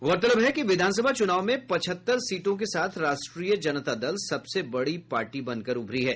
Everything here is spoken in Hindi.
गौरतलब है कि विधानसभा चूनाव में पचहत्तर सीटों के साथ राष्ट्रीय जनता दल सबसे बड़ी पार्टी बनकर उभरी है